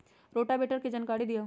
Rotavator के जानकारी दिआउ?